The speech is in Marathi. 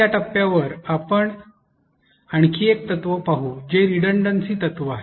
या टप्प्यावर आता आपण आणखी एक तत्त्व पाहूया जे रिडंडंसी तत्व आहे